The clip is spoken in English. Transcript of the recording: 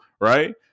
Right